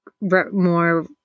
more